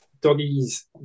Doggies